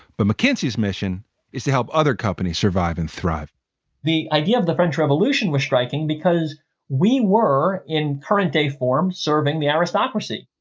but mckinsey's mission is to help other companies survive and thrive the idea of the french revolution was striking because we were in current day form serving the aristocracy